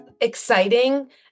exciting